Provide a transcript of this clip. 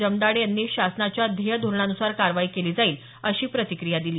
जमदाडे यांनी शासनाच्या ध्येय धोरणान्सार कारवाई केली जाईल अशी प्रतिक्रिया दिली